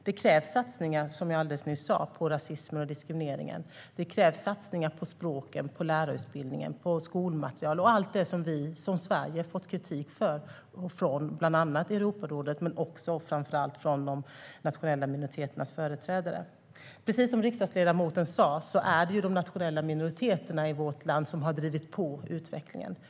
Som jag sa alldeles nyss krävs satsningar mot rasism och diskriminering, och det krävs satsningar på språk, lärarutbildning, skolmaterial och allt som vi i Sverige har fått kritik för, bland annat från Europarådet men framför allt från de nationella minoriteternas företrädare. Precis som riksdagsledamoten sa är det de nationella minoriteterna i vårt land som har drivit på utvecklingen.